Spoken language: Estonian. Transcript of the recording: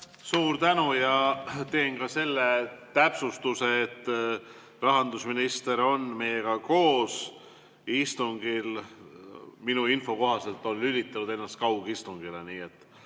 Suur tänu! Teen ka selle täpsustuse, et rahandusminister on meiega koos istungil. Minu info kohaselt on ta lülitanud ennast kaugistungile,